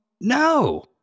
No